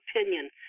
opinion